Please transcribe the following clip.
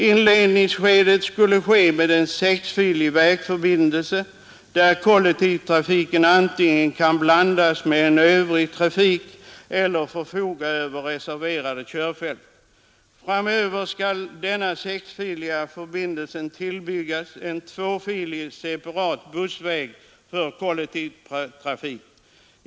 Inledningsskedet skulle ske med en sexfilig vägförbindelse, där kollektivtrafiken antingen kan blandas med övrig trafik eller förfoga över reserverade körfält. Framöver skall den sexfiliga förbindelsen tillbyggas en tvåfilig separat bussväg för kollektivtrafik.